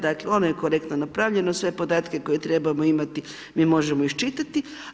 Dakle ono je korektno napravljeno, sve podatke koje trebamo imati mi možemo iščitati.